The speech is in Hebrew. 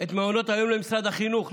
את מעונות היום למשרד החינוך,